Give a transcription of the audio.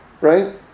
right